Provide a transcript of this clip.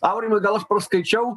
aurimai gal aš praskaičiau